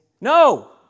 no